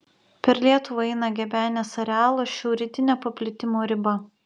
per lietuvą eina gebenės arealo šiaurrytinė paplitimo riba